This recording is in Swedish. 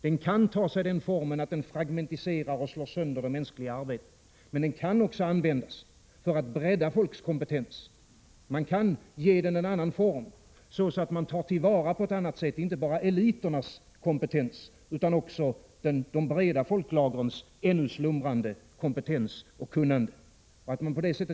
Den kan ta sig den formen att den fragmenterar och slår sönder det mänskliga arbetet, men den kan också användas för att bredda folks kompetens. Man kan ge den en annan form, så att man på ett annat sätt tar till vara inte bara eliternas kompetens utan också de breda folklagrens ännu slumrande kompetens och kunnande.